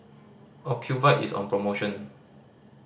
ocuvite is on promotion